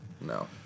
No